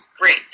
great